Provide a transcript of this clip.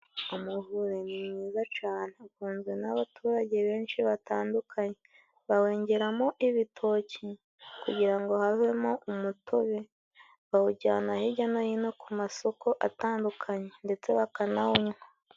Umuvure ni mwiza cyane. Ukunzwe n'abaturage benshi batandukanye. Bawengeramo ibitoki kugira ngo havemo umutobe. Bawujyana hirya no hino ku masoko atandukanye ndetse bakanawunywa.